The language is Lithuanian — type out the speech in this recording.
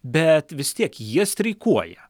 bet vis tiek jie streikuoja